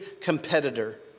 competitor